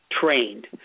trained